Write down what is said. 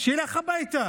שילך הביתה